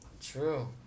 true